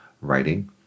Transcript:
writing